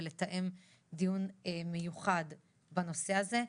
ולתאם דיון מיוחד בנושא הזה.